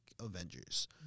Avengers